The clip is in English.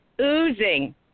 oozing